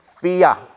Fear